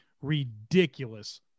ridiculous